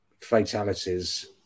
fatalities